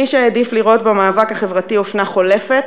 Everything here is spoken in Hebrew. מי שהעדיף לראות במאבק החברתי אופנה חולפת,